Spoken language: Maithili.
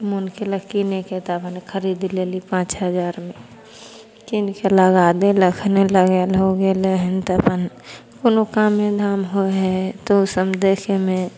मोन केलक कीनैके तऽ खरीद लेली पाँच हजारमे कीनके लगा देलक हन लगेला हो गेलै हन तऽ अपन कोनो कामे धाम होइ हइ तऽ ओ सभ देखैमे